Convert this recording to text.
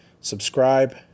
Subscribe